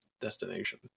destination